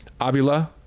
Avila